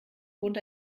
wohnt